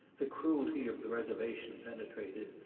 the cruelty of the reservation penetrated,